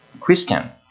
Christian